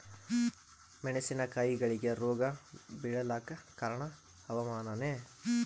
ಮೆಣಸಿನ ಕಾಯಿಗಳಿಗಿ ರೋಗ ಬಿಳಲಾಕ ಕಾರಣ ಹವಾಮಾನನೇ?